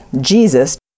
Jesus